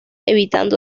evitando